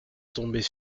tombaient